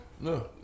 No